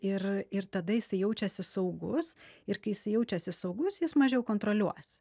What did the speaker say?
ir ir tada jisai jaučiasi saugus ir kai jisai jaučiasi saugus jis mažiau kontroliuos